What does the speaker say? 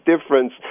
difference